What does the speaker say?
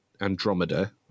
Andromeda